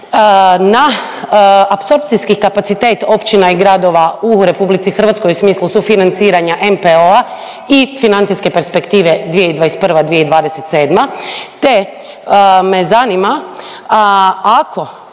na apsorpcijski kapacitet općina i gradova u RH u smislu sufinanciranja NPOO-a i Financijske perspektive 2021.-2027. te me zanima, ako